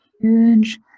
huge